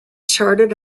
charted